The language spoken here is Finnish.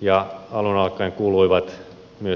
ja alun alkaen kuuluivat myös yleisradioveron piiriin